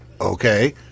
okay